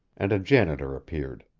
and a janitor appeared.